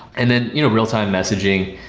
and then you know real-time messaging,